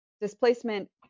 displacement